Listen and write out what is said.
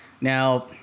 Now